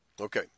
Okay